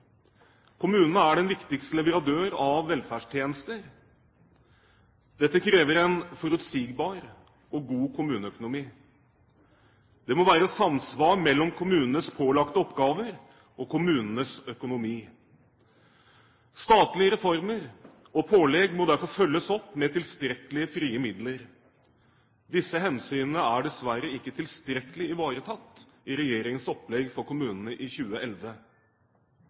Kommunene er den viktigste leverandør av velferdstjenester. Dette krever en forutsigbar og god kommuneøkonomi. Det må være samsvar mellom kommunenes pålagte oppgaver og kommunenes økonomi. Statlige reformer og pålegg må derfor følges opp med tilstrekkelige frie midler. Disse hensynene er dessverre ikke tilstrekkelig ivaretatt i regjeringens opplegg for kommunene i 2011.